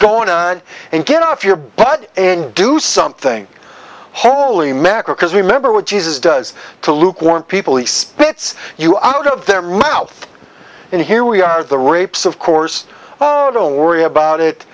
going on and get off your butt and do something holy macro because remember what jesus does to luke warm people he spits you out of their mouth and here we are the rapes of course oh don't worry about it